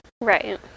Right